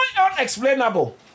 unexplainable